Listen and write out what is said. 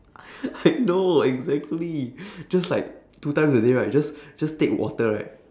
I know exactly just like two times a day right just just take water right